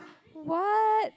what